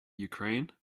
ukraine